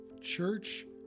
church